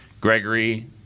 Gregory